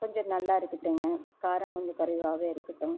கொஞ்சம் நல்லா இருக்கட்டுங்க காரம் கொஞ்சம் குறைவாவே இருக்கட்டும்